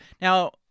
Now